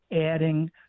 adding